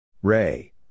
Ray